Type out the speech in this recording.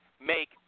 make